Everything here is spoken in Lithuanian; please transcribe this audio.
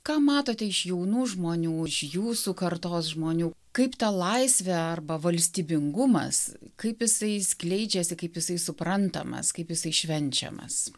ką matote iš jaunų žmonių iš jūsų kartos žmonių kaip ta laisvė arba valstybingumas kaip jisai skleidžiasi kaip jisai suprantamas kaip jisai švenčiamas